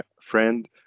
friend